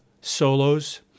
solos